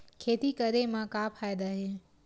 खेती करे म का फ़ायदा हे?